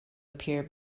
appear